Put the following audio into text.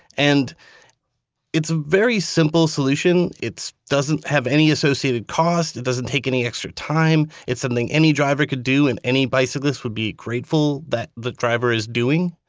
and it's a very simple solution. it's doesn't have any associated costs. it doesn't take any extra time. it's something any driver could do, and any bicyclist would be grateful that the driver is doing